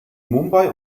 mumbai